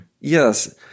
Yes